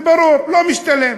זה ברור, לא משתלם.